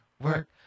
work